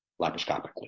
laparoscopically